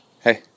hey